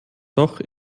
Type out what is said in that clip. doch